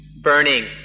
burning